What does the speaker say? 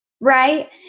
right